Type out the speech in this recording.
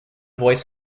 voice